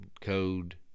code